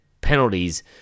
penalties